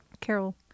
Carol